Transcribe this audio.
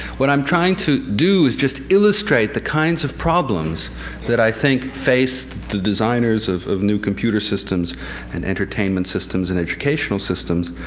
what i'm trying to do is just illustrate the kinds of problems that i think face the designers of of new computer systems and entertainment systems and educational systems